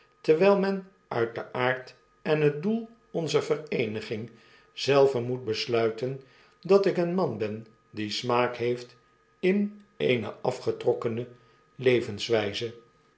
terwyl men uit den aard en het doel onzer vereeniging zelve moet besluiten dat ik een man ben die smaak heeft in eene afgetrokkene levenswyze